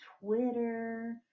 Twitter